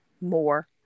more